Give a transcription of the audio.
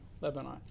Lebanon